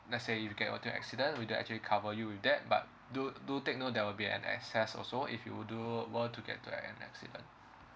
let's say if you get into accident we do actually cover you with that but do do take note there'll be an access also if you were do were to get to an accident